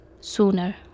sooner